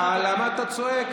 למה אתה צועק?